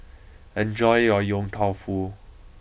enjoy your Yong Tau Foo